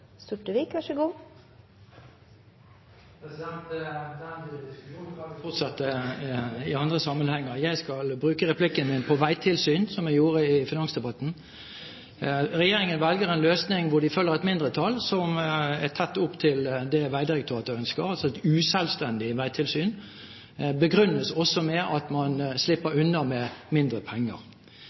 fortsette i andre sammenhenger. Jeg skal bruke replikken min på veitilsyn – som jeg gjorde i finansdebatten. Regjeringen velger en løsning hvor de følger et mindretall som er tett opp til det Vegdirektoratet ønsker, altså et uselvstendig veitilsyn. Det begrunnes også med at man slipper unna med mindre penger.